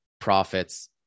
profits